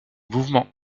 mouvements